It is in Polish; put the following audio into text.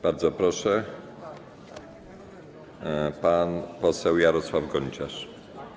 Bardzo proszę, pan poseł Jarosław Gonciarz.